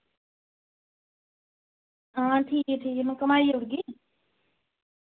आं ठीक ऐ ठीक ऐ घुमाइयै रक्खगी